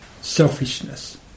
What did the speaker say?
selfishness